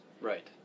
Right